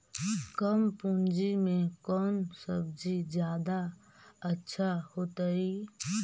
कम पूंजी में कौन सब्ज़ी जादा अच्छा होतई?